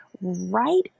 right